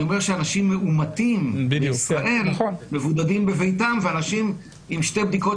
אני אומר שאנשים מאומתים בישראל מבודדים בביתם ואנשים עם שתי בדיקות